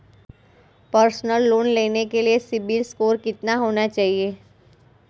Personal loan लेने के लिए सिबिल स्कोर कितना होना चाहिए?